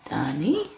Danny